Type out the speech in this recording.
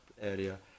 area